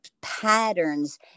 Patterns